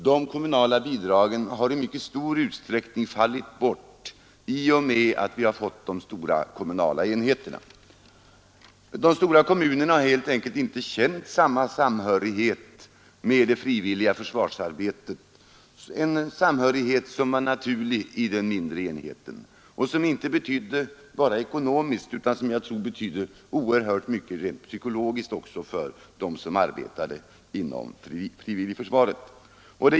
De kommunala bidragen har i mycket stor utsträckning fallit bort i och med att vi har fått de stora kommunala enheterna. De stora kommunerna har helt enkelt inte känt lika stor samhörighet med det frivilliga försvarsarbetet, en samhörighet som var naturlig i den mindre enheten och som inte bara ekonomiskt utan även rent psykologiskt betydde oerhört mycket för dem som arbetade inom frivilligförsvaret.